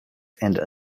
and